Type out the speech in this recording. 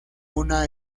una